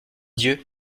dieu